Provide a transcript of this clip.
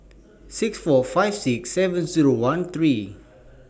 six four five six seven Zero one three